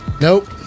Nope